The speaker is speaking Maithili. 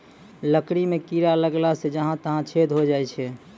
लकड़ी म कीड़ा लगला सें जहां तहां छेद होय जाय छै